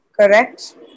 Correct